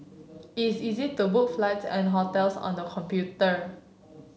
is easy to book flights and hotels on the computer